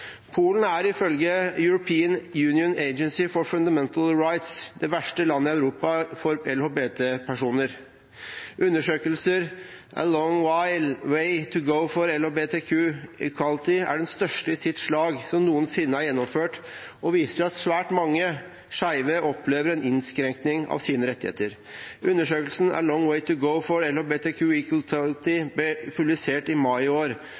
Polen er, ifølge European Union Agency for Fundamental Rights, det verste landet i Europa for LHBT-personer. Undersøkelsen «A long way to go for LGBTI equality» er den største i sitt slag som noensinne er gjennomført, og viser at svært mange skeive opplever en innskrenking av sine rettigheter. Undersøkelsen «A long way to go for LGBTI equality» ble publisert i mai i år,